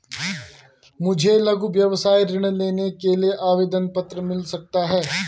मुझे लघु व्यवसाय ऋण लेने के लिए आवेदन पत्र मिल सकता है?